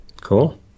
Cool